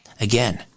again